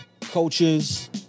coaches